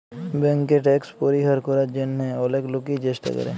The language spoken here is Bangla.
ব্যাংকে ট্যাক্স পরিহার করার জন্যহে অলেক লোকই চেষ্টা করে